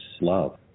love